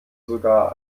sogar